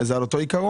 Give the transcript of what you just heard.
זה על אותו עיקרון,